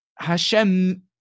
Hashem